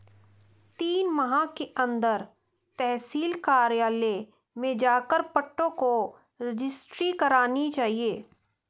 तीन माह के अंदर तहसील कार्यालय में जाकर पट्टों की रजिस्ट्री करानी चाहिए